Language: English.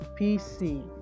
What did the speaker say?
pc